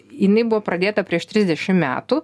jinai buvo pradėta prieš trisdešimt metų